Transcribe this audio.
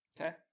Okay